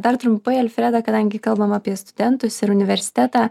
dar trumpai alfreda kadangi kalbam apie studentus ir universitetą